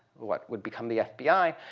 what would become the fbi